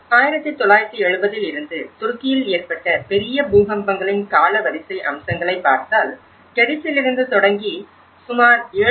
1970இல் இருந்து துருக்கியில் ஏற்பட்ட பெரிய பூகம்பங்களின் காலவரிசை அம்சங்களைப் பார்த்தால் கெடிஸிலிருந்து தொடங்கி சுமார் 7